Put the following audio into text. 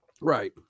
Right